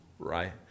Right